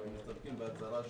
אנחנו מסתפקים בהצהרה שלו,